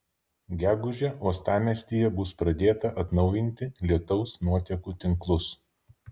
gegužę uostamiestyje bus pradėta atnaujinti lietaus nuotekų tinklus